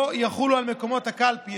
לא יחולו על מקומות הקלפי.